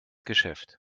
geschäft